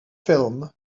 ffilm